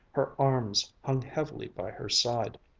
her arms hung heavily by her side,